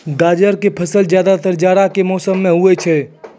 गाजर के फसल ज्यादातर जाड़ा के मौसम मॅ होय छै